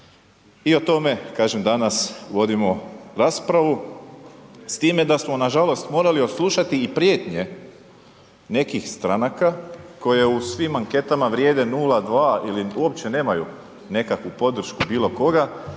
I o tome, kažem, danas vodimo raspravu s time da smo nažalost morali odslušali i prijetnje nekih stranaka koje u svim anketama vrijede 0,2 ili uopće nemaju nekakvu podršku bilo koga,